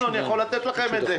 אני יכול לתת לכם את זה.